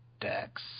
dex